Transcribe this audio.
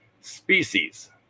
species